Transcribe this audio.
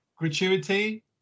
Gratuity